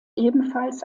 ebenfalls